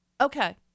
Okay